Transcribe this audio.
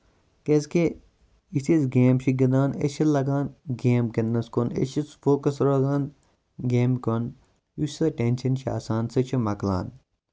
کیازِ کہِ یِتھُے أسۍ گیم چھِ گِندان أسۍ چھِ لگان گیم گِندنَس کُن أسۍ چھِ فوکَس روزان گیمہِ کُن یُس سُہ ٹینشن چھُ آسان سُہ چھُ مۄکلان